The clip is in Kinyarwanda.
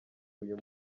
uyu